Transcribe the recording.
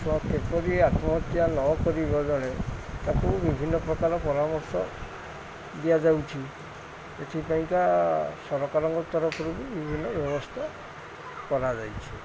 ତ କିପରି ଆତ୍ମହତ୍ୟା ନକରିବ ଜଣେ ତାକୁ ବିଭିନ୍ନ ପ୍ରକାର ପରାମର୍ଶ ଦିଆଯାଉଛି ଏଥିପାଇଁକା ସରକାରଙ୍କ ତରଫରୁ ବି ବିଭିନ୍ନ ବ୍ୟବସ୍ଥା କରାଯାଇଛି